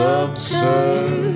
absurd